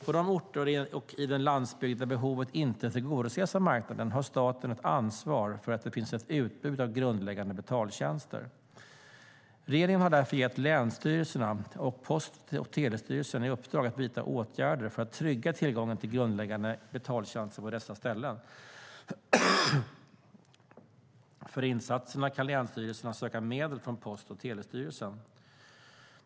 På de orter och i den landsbygd där behovet inte tillgodoses av marknaden har staten ett ansvar för att det finns ett utbud av grundläggande betaltjänster. Regeringen har därför gett länsstyrelserna och Post och telestyrelsen i uppdrag att vidta åtgärder för att trygga tillgången till grundläggande betaltjänster på dessa ställen. För insatserna kan länsstyrelserna söka medel från Post och telestyrelsen.